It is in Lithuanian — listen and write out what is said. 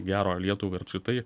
gero lietuvai ir apskritai